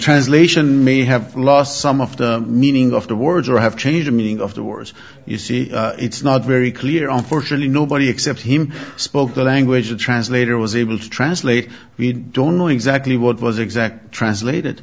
translation may have lost some of the meaning of the words or have changed the meaning of the words you see it's not very clear and fortunately nobody except him spoke the language a translator was able to translate we don't know exactly what was exact translated